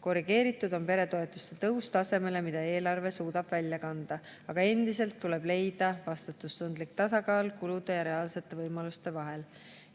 Korrigeeritud on peretoetuste tõus tasemele, mida eelarve suudab välja kanda, aga endiselt tuleb leida vastutustundlik tasakaal kulude ja reaalsete võimaluste vahel.